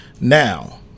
Now